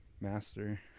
master